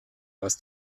was